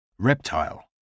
Reptile